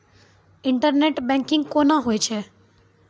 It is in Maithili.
इंटरनेट बैंकिंग कोना होय छै?